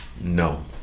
no